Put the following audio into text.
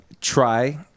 try